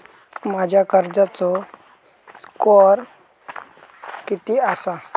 माझ्या कर्जाचो स्कोअर किती आसा?